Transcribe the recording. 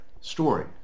story